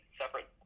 separate